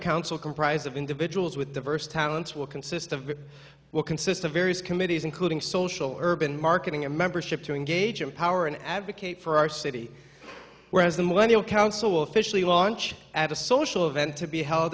counsel comprise of individuals with diverse talents will consist of will consist of various committees including social urban marketing and membership to engage in power and advocate for our city whereas the millennial council will officially launch at a social event to be held